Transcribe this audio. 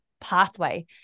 pathway